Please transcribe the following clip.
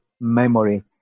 memory